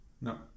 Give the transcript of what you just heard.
No